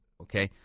Okay